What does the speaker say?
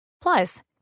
Plus